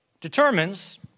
determines